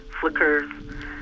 flickers